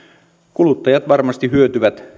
kuluttajat varmasti hyötyvät